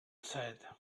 said